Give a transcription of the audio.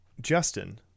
Justin